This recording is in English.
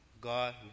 God